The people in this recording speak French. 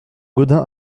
gaudin